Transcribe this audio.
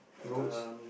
roads